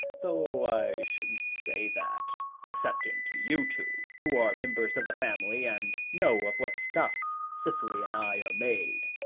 though i shouldn't say that, excepting to you two who are members of the family, and know of what stuff cicely and i are made.